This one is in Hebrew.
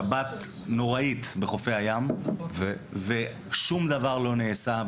שבת נוראית בחופי הים, ושום דבר לא נעשה.